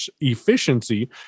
efficiency